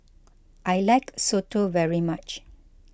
I like Soto very much